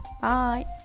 Bye